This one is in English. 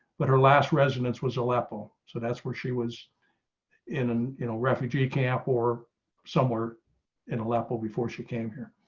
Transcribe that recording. but her last resonance was aleppo. so that's where she was in in a refugee camp or somewhere in aleppo before she came here.